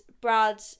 Brad